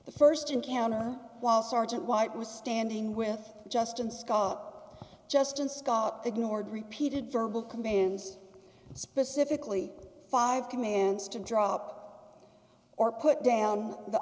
the st encounter while sergeant white was standing with justin scott justin scott the nord repeated verbal commands specifically five commands to drop or put down the